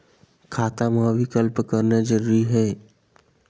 खाता मा विकल्प करना जरूरी है?